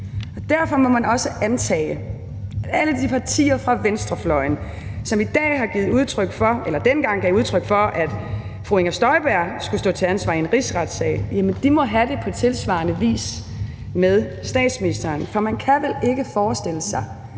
Derfor må man også antage, at alle de partier fra venstrefløjen, som dengang gav udtryk for, at fru Inger Støjberg skulle stå til ansvar i en rigsretssag, har det på tilsvarende vis med statsministeren. For man kan vel ikke forestille sig,